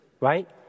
right